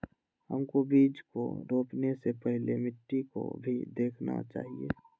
हमको बीज को रोपने से पहले मिट्टी को भी देखना चाहिए?